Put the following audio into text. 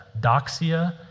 Doxia